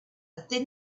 thin